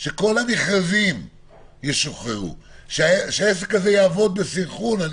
שכל המכרזים ישוחררו ושהעסק יעבוד בסנכרון.